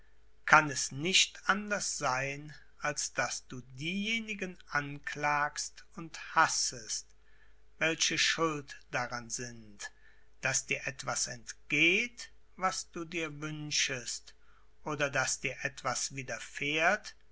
kann es nicht anders sein als daß du diejenigen anklagst und hassest welche schuld daran sind daß dir etwas entgeht was du dir wünschest oder daß dir etwas widerfährt